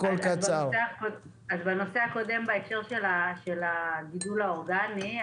בנושא הקודם בהקשר של הגידול האורגני,